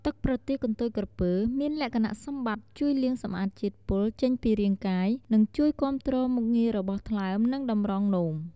ទឹកប្រទាលកន្ទុយក្រពើមានលក្ខណៈសម្បត្តិជួយលាងសម្អាតជាតិពុលចេញពីរាងកាយ និងជួយគាំទ្រមុខងាររបស់ថ្លើម និងតម្រងនោម។